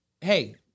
hey